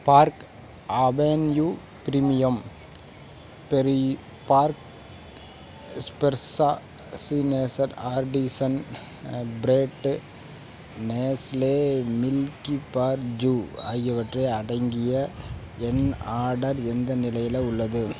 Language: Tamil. park avenue premium berry park fresho signature artisan bread Nestle milky bar ஜூ ஆகியவற்றை அடங்கிய என் ஆடர் எந்த நிலையில் உள்ளது